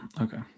okay